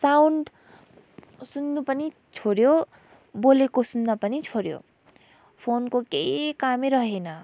sound सुन्नु पनि छोड्यो बोलेको सुन्न पनि छोड्यो फोनको केही कामै रहेन